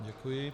Děkuji.